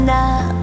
now